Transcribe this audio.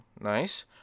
Nice